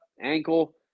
ankle